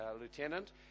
lieutenant